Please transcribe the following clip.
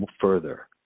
further